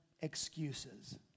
excuses